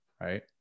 Right